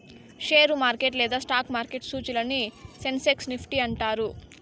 share market లేదా stock మార్కెట్లో సూచీలని సెన్సెక్స్ నిఫ్టీ అంటారు